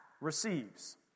receives